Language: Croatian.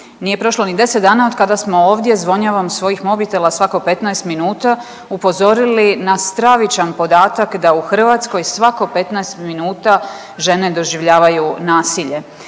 nije prošlo ni deset dana od kada smo ovdje zvonjavom svojih mobitela svako 15 minuta upozorili na stravičan podatak da u Hrvatskoj svako 15 minuta žene doživljavaju nasilje,